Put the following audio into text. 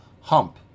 hump